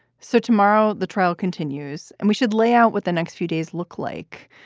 so tomorrow the trial continues and we should lay out what the next few days look like,